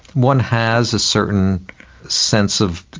one has a certain sense of,